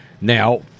Now